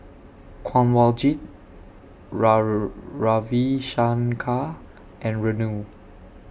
Kanwaljit Ravi Shankar and Renu